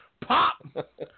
Pop